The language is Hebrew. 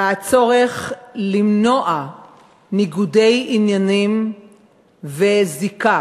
בצורך למנוע ניגודי עניינים וזיקה